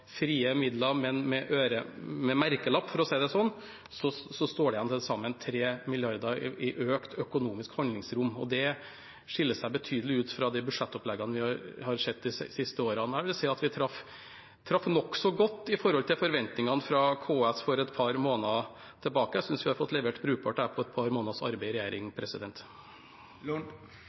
frie midler – men med merkelapp, for å si det sånn – står det igjen til sammen 3 mrd. kr i økt økonomisk handlingsrom. Det skiller seg betydelig fra de budsjettoppleggene vi har sett de siste årene. Jeg vil si vi traff nokså godt i forhold til forventningene fra KS for et par måneder tilbake. Jeg synes vi har fått levert brukbart på et par måneders arbeid i regjering.